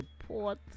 support